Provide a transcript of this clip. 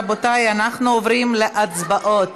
רבותיי, אנחנו עוברים להצבעות.